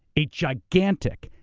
a gigantic,